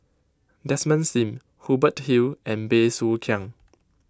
Desmond Sim Hubert Hill and Bey Soo Khiang